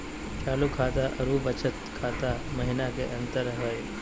चालू खाता अरू बचत खाता महिना की अंतर हई?